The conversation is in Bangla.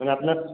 আর আপনার